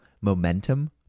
momentum